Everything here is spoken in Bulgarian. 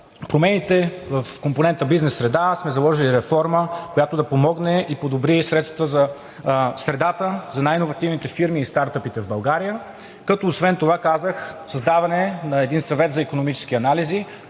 промените. В компонента „Бизнес среда“ сме заложили реформа, която да помогне и подобри средата за най-иновативните фирми и стартъпите в България, като освен това, казах, създаване на един съвет за икономически анализи,